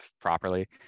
properly